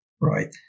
right